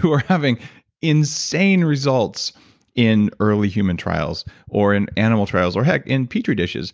who are having insane results in early human trials or in animal trials or heck in petri dishes,